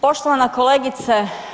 Poštovana kolegice.